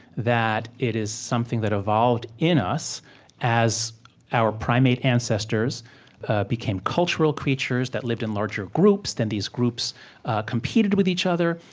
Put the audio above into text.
that it is something that evolved in us as our primate ancestors became cultural creatures that lived in larger groups, then these groups competed with each other,